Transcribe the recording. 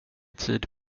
tid